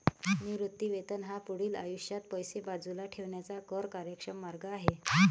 निवृत्ती वेतन हा पुढील आयुष्यात पैसे बाजूला ठेवण्याचा कर कार्यक्षम मार्ग आहे